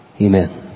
amen